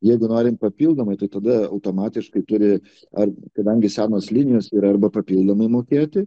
jeigu norime papildomai tai tada automatiškai turi ar kadangi senos linijos yra arba papildomai mokėti